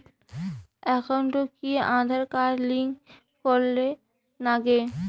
একাউন্টত কি Aadhaar card link করের নাগে?